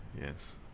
yes